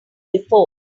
before